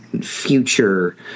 future